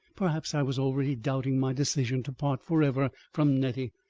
perhaps i was already doubting my decision to part for ever from nettie,